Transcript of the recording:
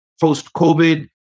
Post-COVID